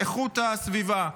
איכות הסביבה.